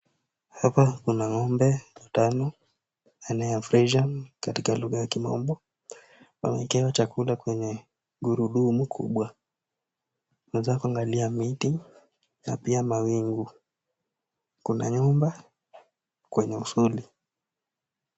Hapa kuna ng'ombe watano aina ya freshian katika lugha ya kimombo wamewekewa chakula kwenye gurudumu kubwa . Naweza kuangalia miti na pia mawingu . Kuna nyumba kwenye usoni .